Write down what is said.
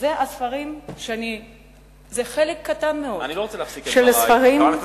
זה חלק קטן מאוד של הספרים,